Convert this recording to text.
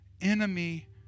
enemy